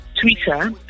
Twitter